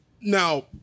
now